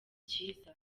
cyiza